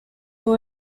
who